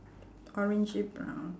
orangey brown